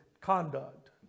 conduct